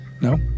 No